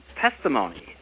testimony